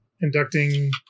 inducting